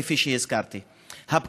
זו לא